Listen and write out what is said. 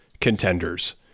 contenders